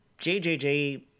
JJJ